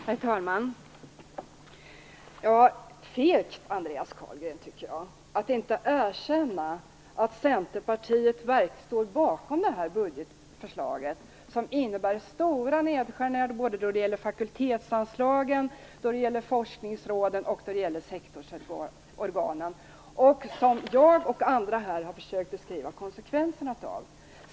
Herr talman! Jag tycker att det är fegt, Andreas Carlgren, att inte erkänna att Centerpartiet står bakom det här budgetförslaget, som innebär stora nedskärningar i fakultetsanslagen, forskningsråden och sektorsorganen. Jag och andra talare har här försökt beskriva konsekvenserna av detta.